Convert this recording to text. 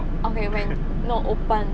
okay okay no open